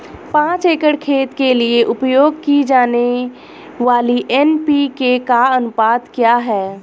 पाँच एकड़ खेत के लिए उपयोग की जाने वाली एन.पी.के का अनुपात क्या है?